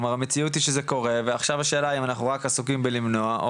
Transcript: כלומר המציאות היא שזה קורה ועכשיו השאלה אם אנחנו רק עסוקים בלמנוע,